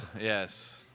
Yes